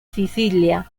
sicilia